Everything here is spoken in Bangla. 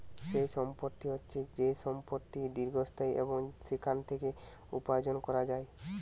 যেই সম্পত্তি হচ্ছে যেই সম্পত্তি দীর্ঘস্থায়ী এবং সেখান থেকে উপার্জন করা যায়